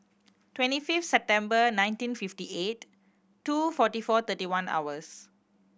twenty fifth September nineteen fifty eight two forty four thirty one hours